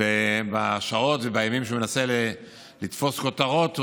בשעות ובימים שהוא מנסה לתפוס כותרות,